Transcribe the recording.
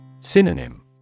Synonym